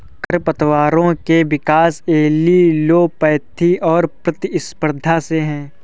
खरपतवारों के विकास एलीलोपैथी और प्रतिस्पर्धा से है